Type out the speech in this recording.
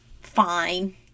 fine